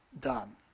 done